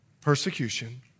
persecution